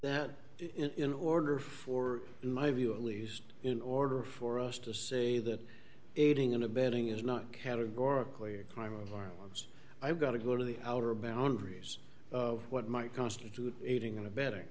that in order for in my view at least in order for us to say that aiding and abetting is not categorically a crime i've got to go to the outer boundaries of what might constitute aiding and abetting